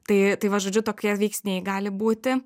tai tai va žodžiu tokie veiksniai gali būti